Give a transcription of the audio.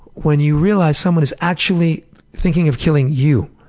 when you realize someone is actually thinking of killing you.